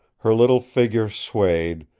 her little figure swayed,